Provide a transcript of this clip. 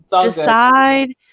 Decide